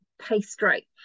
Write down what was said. pastry